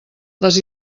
les